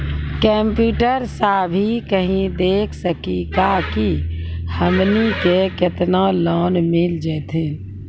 Computer सा भी कही देख सकी का की हमनी के केतना लोन मिल जैतिन?